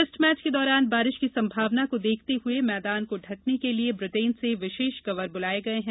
test match के दौरान बारिश की संभावना को देखते हुए मैदान को ढंकने के लिये ब्रिटेन से विशेष कवर बुलाये गये हैं